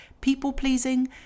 people-pleasing